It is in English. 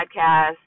podcast